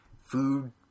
food